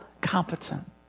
competent